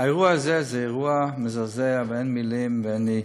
האירוע הזה הוא אירוע מזעזע ואין מילים, ואני,